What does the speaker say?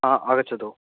आ आगच्छतु